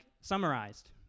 summarized